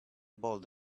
bold